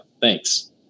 thanks